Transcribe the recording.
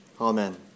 Amen